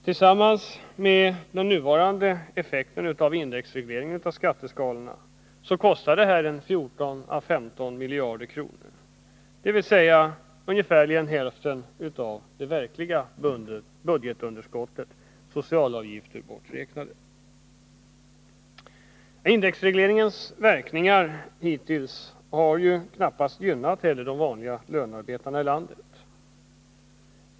Tillsammans med den nuvarande effekten av indexregleringen av skatteskalorna kostar detta 14—15 miljarder kronor, dvs. ungefär hälften av det verkliga budgetunderskottet, socialavgifter borträknade. Indexregleringens verkningar hittills har knappast gynnat de vanliga lönarbetarna i landet.